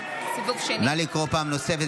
חברי הכנסת, באמצע ההצבעה כולם מטיילים.